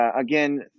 again